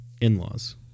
in-laws